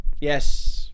yes